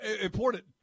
Important